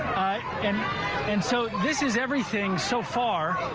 and and so this is everything, so far,